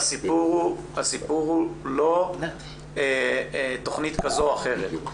הסיפור הוא לא תכנית כזו או אחרת.